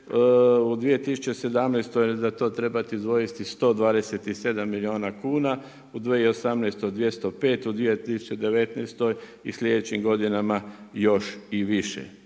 u 2017. za to trebati izdvojiti 127 milijuna kuna, u 2018. 205., u 2019. i sljedećim godinama još i više.